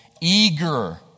eager